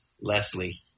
Leslie